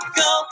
go